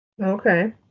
Okay